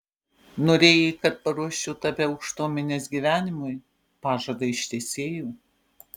norėjai kad paruoščiau tave aukštuomenės gyvenimui pažadą ištesėjau